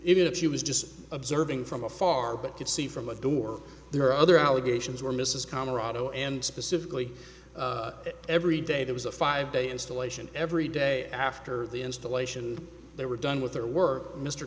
even if she was just observing from a far but could see from a door there other allegations were mrs camaraderie and specifically that every day there was a five day installation every day after the installation they were done with their work mr